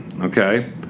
okay